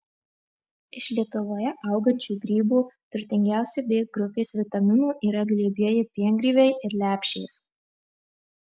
iš lietuvoje augančių grybų turtingiausi b grupės vitaminų yra glebieji piengrybiai ir lepšės